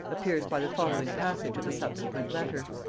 appears by the following passage of a subsequent letter.